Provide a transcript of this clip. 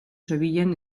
zebilen